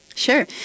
Sure